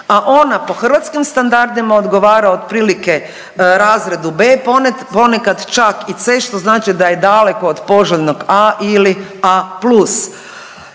a ona po hrvatskim standardima odgovara otprilike razredu b, ponekad čak i C što znači da je daleko od poželjnog A ili A+.